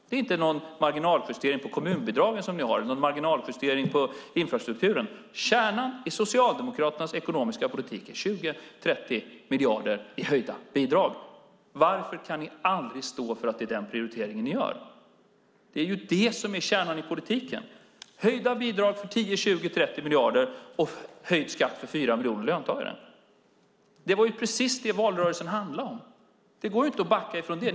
Det är ingen marginaljustering på kommunbidragen ni har, eller en marginaljustering på infrastrukturen - kärnan i Socialdemokraternas ekonomiska politik är 20-30 miljarder i höjda bidrag. Varför kan ni aldrig stå för att det är den prioriteringen ni gör? Det är ju det som är kärnan i politiken: höjda bidrag för 10-30 miljarder och höjd skatt för fyra miljoner löntagare. Det var precis det valrörelsen handlade om. Det går inte att backa ifrån det.